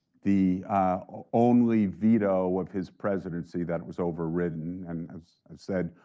the ah only veto of his presidency that was overridden, and as i've said,